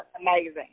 amazing